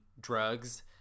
drugs